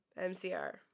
MCR